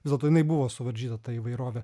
vis dėlto jinai buvo suvaržyta įvairovė